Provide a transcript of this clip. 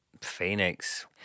Phoenix